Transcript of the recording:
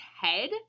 head